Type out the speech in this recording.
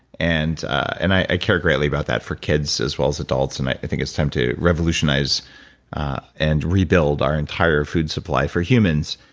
and and i care greatly about that for kids as well as adults. and i think it's time to revolutionize and rebuild our entire food supply for humans.